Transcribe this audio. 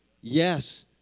Yes